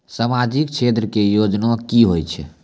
समाजिक क्षेत्र के योजना की होय छै?